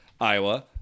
Iowa